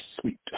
sweet